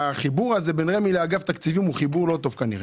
החיבור הזה בין רמ"י ואגף תקציבים הוא כנראה חיבור לא טוב.